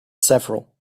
several